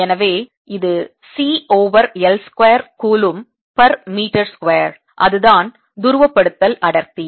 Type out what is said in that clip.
எனவே இது C over L square coulomb per metre square அதுதான் துருவப்படுத்தல் அடர்த்தி